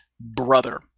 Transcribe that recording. brother